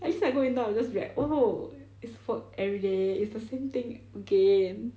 actually I go intern I'll just be like oh it's work everyday it's the same thing everyday